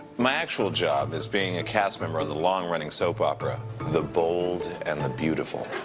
my actual job is being a cast member on the long running soap opera the bold and the beautiful.